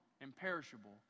imperishable